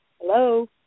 Hello